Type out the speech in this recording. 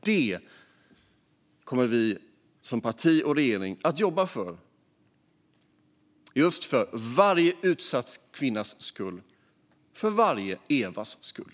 Detta kommer vi som parti och regering att jobba för - för varje utsatt kvinnas skull, för varje Evas skull.